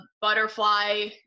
butterfly